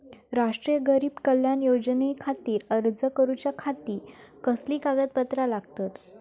राष्ट्रीय गरीब कल्याण योजनेखातीर अर्ज करूच्या खाती कसली कागदपत्रा लागतत?